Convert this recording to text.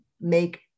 make